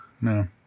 No